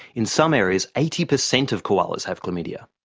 in some areas eighty percent of koalas have chlamydia.